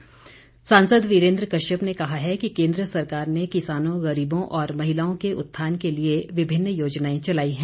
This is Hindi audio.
वीरेन्द्र कश्यप सांसद वीरेन्द्र कश्यप ने कहा है कि केन्द्र सरकार ने किसानों गरीबों और महिलाओं के उत्थान के लिए विभिन्न योजनाएं चलाई हैं